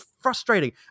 frustrating